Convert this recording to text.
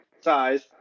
size